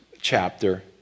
chapter